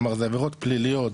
כלומר זה עבירות פליליות,